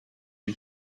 had